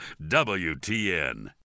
WTN